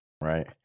Right